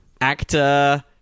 actor